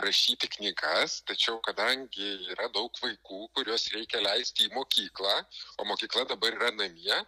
rašyti knygas tačiau kadangi yra daug vaikų kuriuos reikia leisti į mokyklą o mokykla dabar yra namie